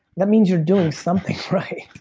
that means you're doing something right.